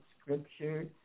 scripture